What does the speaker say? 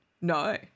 No